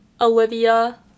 Olivia